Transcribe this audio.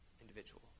individual